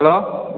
hello